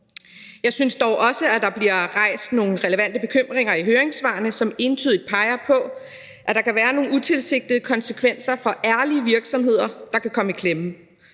Jeg synes dog også, at der bliver rejst nogle relevante bekymringer i høringssvarene, som entydigt peger på, at der kan være nogle utilsigtede konsekvenser for ærlige virksomheder, der kan komme i klemme.